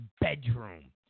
bedroom